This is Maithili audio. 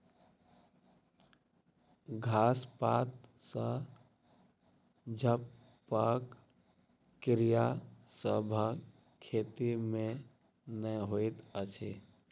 घास पात सॅ झपबाक क्रिया सभ खेती मे नै होइत अछि